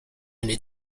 need